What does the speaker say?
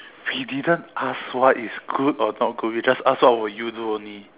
you didn't ask what is good or not good you just ask what would you do only